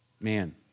Man